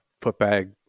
footbag